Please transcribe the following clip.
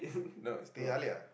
no it's teh-halia